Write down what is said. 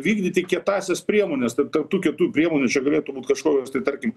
vykdyti kietąsias priemones tai tarp tų kietųjų priemonių čia galėtų būt kažkokios tarkim